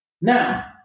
Now